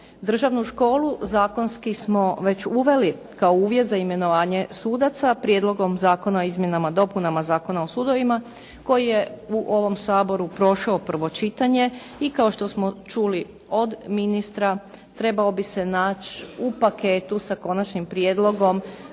Državnu školu zakonski smo već uveli kao uvjet za imenovanje sudaca Prijedlogom zakona o izmjenama i dopunama Zakona o sudovima koji je u ovom Saboru prošao prvo čitanje. I kao što smo čuli od ministra, trebao bi se naći u paketu sa konačnim prijedlogom,